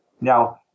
Now